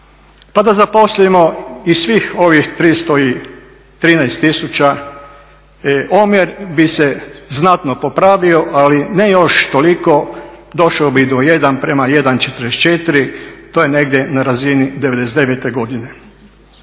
Pa da zaposlimo i svih ovih 313 000 omjer bi se znatno popravio ali ne još toliko, došao bi do 1:1,44. To je negdje na razini '99. godine.